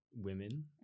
women